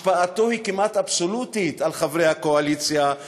השפעתו על חברי הקואליציה היא כמעט אבסולוטית.